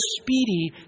speedy